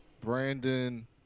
brandon